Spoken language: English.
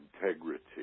Integrity